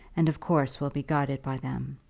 and of course will be guided by them.